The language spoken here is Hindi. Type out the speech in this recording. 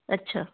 अच्छा